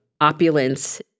opulence